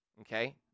okay